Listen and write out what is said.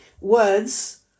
words